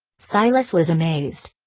silas was amazed.